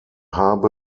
habe